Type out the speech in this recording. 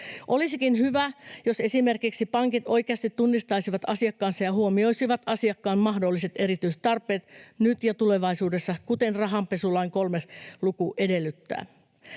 Olisikin hyvä, jos esimerkiksi pankit oikeasti tunnistaisivat asiakkaansa ja huomioisivat asiakkaan mahdolliset erityistarpeet nyt ja tulevaisuudessa, kuten rahanpesulain 3 luku edellyttää.